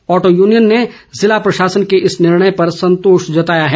auto union ने जिला प्रशासन के इस निर्णय पर संतोष जताया है